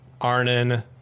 Arnon